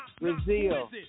brazil